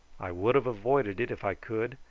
i would have avoided it if i could,